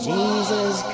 Jesus